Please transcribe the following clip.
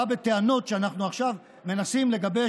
בא בטענות שאנחנו מנסים עכשיו לגבש,